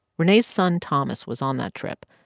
renee's son thomas was on that trip.